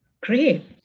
Great